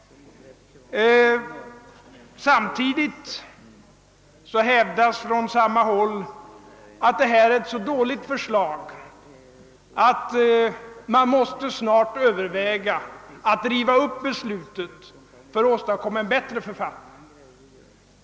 Samtidigt hävdas från samma håll att detta är ett så dåligt förslag att man snart måste överväga att riva upp beslutet för att åstadkomma en bättre författning.